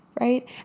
right